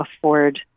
afford